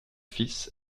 fils